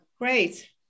great